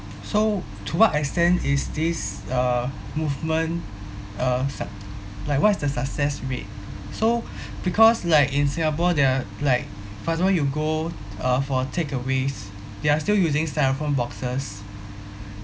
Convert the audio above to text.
so to what extent is this uh movement uh suc~ like what's the success rate so because like in singapore there are like for example you go uh for takeaways they are still using styrofoam boxes